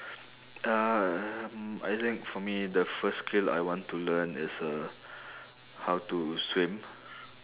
um I think for me the first skill I want to learn is uh how to swim